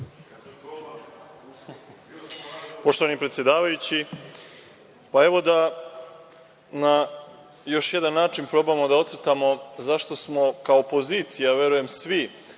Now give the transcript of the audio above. evo da na još jedan način probamo da ocrtamo zašto smo kao opozicija, verujem svi,